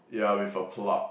ya with a plug